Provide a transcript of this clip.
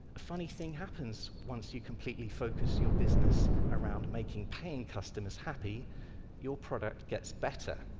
a funny thing happens once you completely focus your business around making paying customers happy your product gets better.